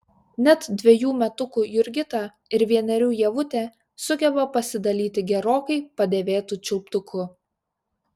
net dvejų metukų jurgita ir vienerių ievutė sugeba pasidalyti gerokai padėvėtu čiulptuku